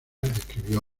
escribió